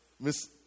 Miss